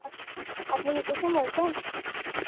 আপনি কি কুসুম বলছেন